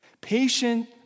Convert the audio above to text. Patient